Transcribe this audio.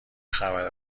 خبر